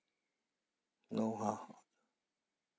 no ah